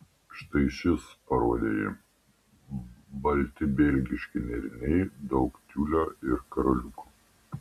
štai šis parodė ji balti belgiški nėriniai daug tiulio ir karoliukų